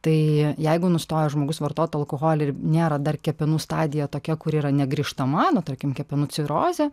tai jeigu nustoja žmogus vartot alkoholį ir nėra dar kepenų stadija tokia kuri yra negrįžtama na tarkim kepenų cirozė